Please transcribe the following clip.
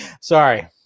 Sorry